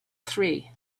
three